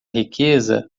riqueza